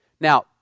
Now